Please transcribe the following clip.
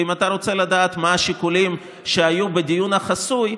ואם אתה רוצה לדעת מה השיקולים שהיו בדיון החסוי,